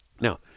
Now